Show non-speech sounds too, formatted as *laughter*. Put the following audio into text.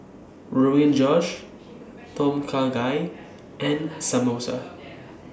*noise* Rogan Josh Tom Kha Gai and Samosa